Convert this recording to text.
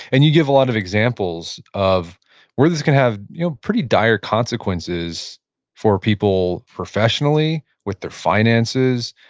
and you give a lot of examples of where this can have you know pretty dire consequences for people professionally, with their finances,